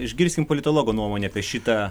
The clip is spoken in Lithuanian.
išgirskim politologo nuomonę apie šitą